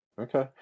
Okay